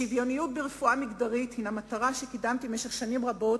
שוויוניות ברפואה מגדרית היא מטרה שקידמתי במשך שנים רבות,